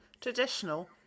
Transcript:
traditional